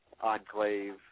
Enclave